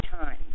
time